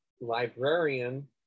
librarian